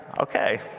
Okay